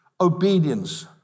obedience